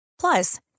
Plus